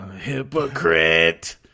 Hypocrite